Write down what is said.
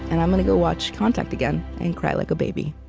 and i'm going to go watch contact again and cry like a baby